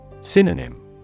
Synonym